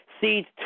Seeds